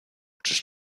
czyż